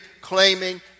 claiming